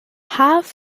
half